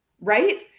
right